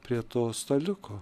prie to staliuko